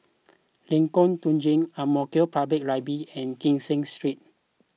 Lengkong Tujuh Ang Mo Kio Public Library and Kee Seng Street